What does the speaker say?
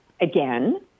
again